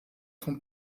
von